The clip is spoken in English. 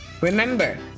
Remember